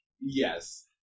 Yes